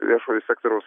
viešojo sektoriaus